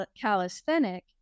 calisthenic